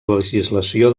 legislació